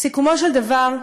סיכומו של דבר,